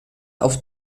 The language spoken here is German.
auf